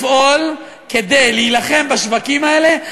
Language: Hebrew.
לפעול כדי להילחם בשווקים האלה,